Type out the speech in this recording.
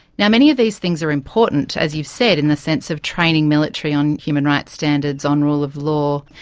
yeah many of these things are important, as you've said, in the sense of training military on human rights standards, on rule of law.